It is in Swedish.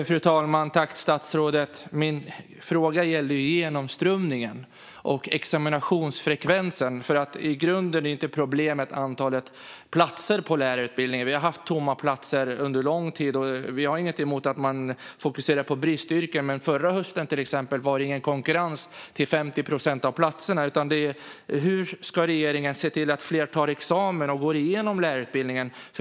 Fru talman! Tack för svaret, statsrådet! Min fråga gällde genomströmningen och examinationsfrekvensen. I grunden är problemet inte antalet platser på lärarutbildningen. Vi har haft tomma platser under lång tid, och vi har inget emot att man fokuserar på bristyrken. Men förra hösten till exempel var det ingen konkurrens till 50 procent av platserna. Hur ska regeringen se till att fler tar examen och går igenom lärarutbildningen?